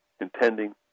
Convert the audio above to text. intending